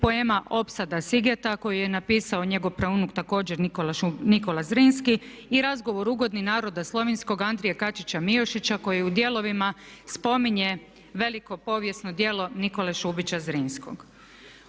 poema "Opsada Sigeta" koju je napisao njegov praunuk također Nikola Zrinski i "Razgovor ugodni naroda slovinskoga" Andrije Kačića Miošića koji u dijelovima spominje veliko povijesno djelo Nikole Šubića Zrinskog.